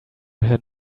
her